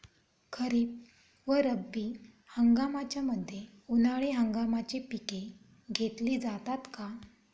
खरीप व रब्बी हंगामाच्या मध्ये उन्हाळी हंगामाची पिके घेतली जातात का?